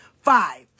Five